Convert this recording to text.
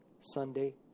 Sunday